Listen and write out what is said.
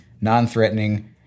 non-threatening